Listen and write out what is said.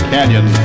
Canyon